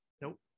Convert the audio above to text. nope